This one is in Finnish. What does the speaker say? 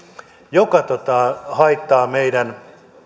joka haittaa meidän